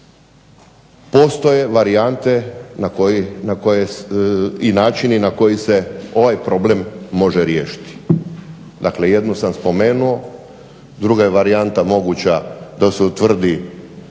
Postoje varijante i načini na koje se ovaj problem može riješiti. Dakle, jednu sam spomenuo. Druga je varijanta moguća da se utvrdi